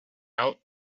out